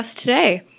today